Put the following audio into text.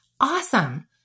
Awesome